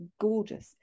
gorgeous